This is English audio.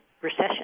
recession